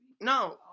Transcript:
No